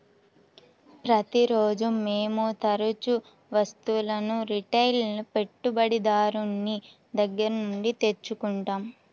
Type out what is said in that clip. ప్రతిరోజూ మేము తరుచూ వస్తువులను రిటైల్ పెట్టుబడిదారుని దగ్గర నుండి తెచ్చుకుంటాం